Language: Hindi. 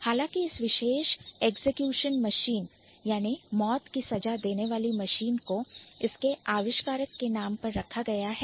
हालांकि इस विशेष execution machine एग्जीक्यूशन मशीन अर्थात मौत की सजा देने वाली मशीन को इसके आविष्कारक के नाम पर रखा गया है